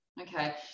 okay